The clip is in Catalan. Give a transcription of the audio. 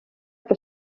que